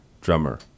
drummer